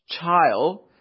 child